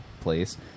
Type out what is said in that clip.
place